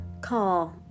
call